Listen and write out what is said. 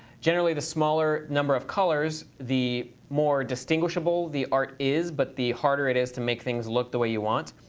generally the smaller number of colors, the more distinguishable the art is but the harder it is to make things look the way you want.